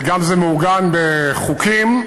וגם זה מעוגן בחוקים,